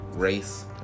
race